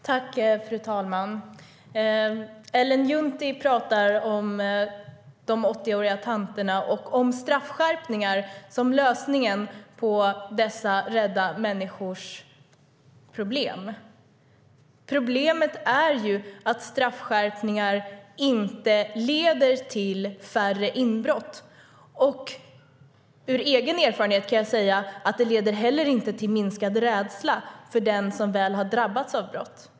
Fru talman! Ellen Juntti pratar om de 80-åriga tanterna och om straffskärpningar som lösningen på dessa rädda människors problem. Men problemet är att straffskärpningar inte leder till färre inbrott. Av egen erfarenhet kan jag säga att det inte heller leder till minskad rädsla för den som väl har drabbats av brott.